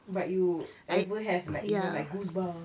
but you ever have like you know goosebumps